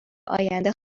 آینده